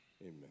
Amen